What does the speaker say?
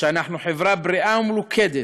שאנחנו חברה בריאה ומלוכדת,